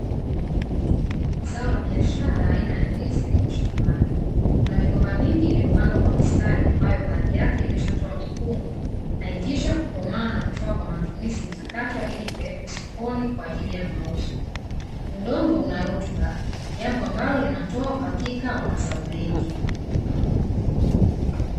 Zao la biashara aina ya ndizi, lipo shambani. Kuna migomba mingi iliyopandwa kwa mistari, ambayo baadhi yake imeshatoa mikungu na ikishakukomaa, hufaa kwa matumizi, itakatwa na kupelekwa sokoni kwa ajili ya mauzo. Udongo una rutuba, jambo ambalo linatoa uhakika wa mazao mengi.